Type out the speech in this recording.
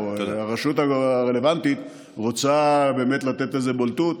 הרשות הרלוונטית רוצה לתת לו איזה בולטות.